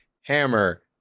hammer